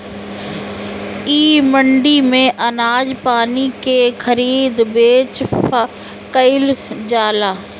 इ मंडी में अनाज पानी के खरीद बेच कईल जाला